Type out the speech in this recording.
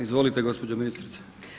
Izvolite gospođo ministrice.